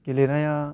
गेलेनाया